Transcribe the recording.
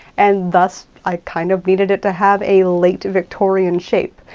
and, thus, i kind of needed it to have a late victorian shape.